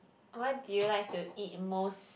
what do you like to eat most